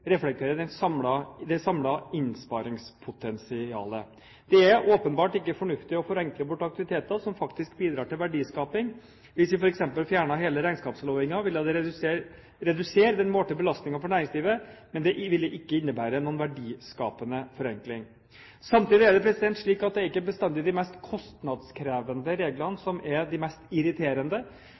Det er åpenbart ikke fornuftig å forenkle bort aktiviteter som faktisk bidrar til verdiskaping. Hvis vi f.eks. fjernet hele regnskapslovgivningen, ville det redusere den målte belastningen for næringslivet. Men det ville ikke innebære noen verdiskapende forenkling. Samtidig er det ikke bestandig de mest kostnadskrevende reglene som er de mest irriterende.